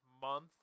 month